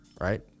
right